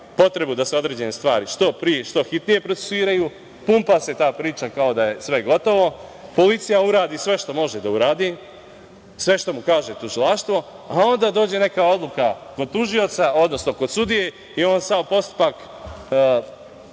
potrebu da se određene stvari što pre, što hitnije procesuiraju, pumpa se ta priča kao da je sve gotovo, policija uradi sve što može da uradi, sve što kaže tužilaštvo, a onda dođe neka odluka kod tužioca, odnosno kod sudije i on sav postupak